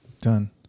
Done